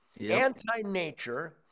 anti-nature